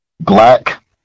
black